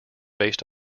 based